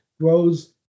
grows